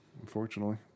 Unfortunately